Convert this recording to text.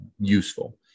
useful